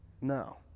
No